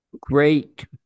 Great